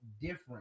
different